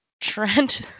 Trent